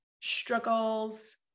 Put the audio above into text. struggles